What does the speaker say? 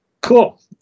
Cool